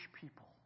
people